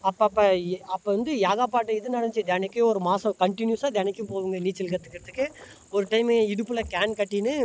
அப்பப்போ அப்போ வந்து ஏகப்பட்ட இது நடந்துச்சு தெனைக்கும் ஒரு மாதம் கன்டினியூஸாக தெனைக்கும் போவோங்க நீச்சல் கற்றுக்கறதுக்கு ஒரு டைம் இடுப்பில் கேன் கட்டினு